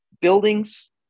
buildings